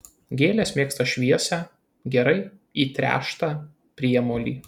gėlės mėgsta šviesią gerai įtręštą priemolį